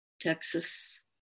Texas